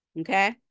Okay